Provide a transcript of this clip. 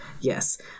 Yes